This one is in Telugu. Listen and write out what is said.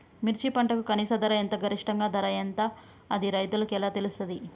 మిర్చి పంటకు కనీస ధర ఎంత గరిష్టంగా ధర ఎంత అది రైతులకు ఎలా తెలుస్తది?